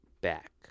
back